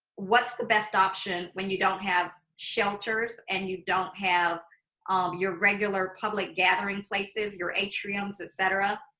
what's the best option when you don't have shelters and you don't have your regular public gathering places, your atriums, et cetera.